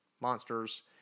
monsters